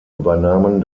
übernahmen